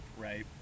right